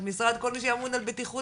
כל מי שאמון על בטיחות,